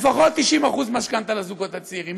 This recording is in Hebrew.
לפחות 90% משכנתה לזוגות הצעירים.